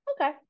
okay